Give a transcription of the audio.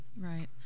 Right